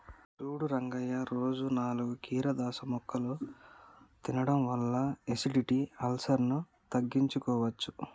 సూడు రంగయ్య రోజు నాలుగు కీరదోస ముక్కలు తినడం వల్ల ఎసిడిటి, అల్సర్ను తగ్గించుకోవచ్చు